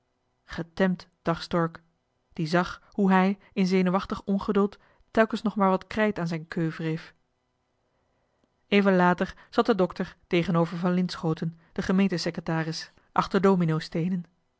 getemd dacht stork die zag hoe hij in zenuwachtig ongeduld telkens nog maar wat krijt aan zijn keu wreef even later zat de dokter tegenover van linschooten den gemeente secretaris achter dominosteenen